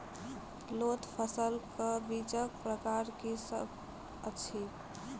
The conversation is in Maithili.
लोत फसलक बीजक प्रकार की सब अछि?